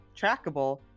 trackable